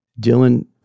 Dylan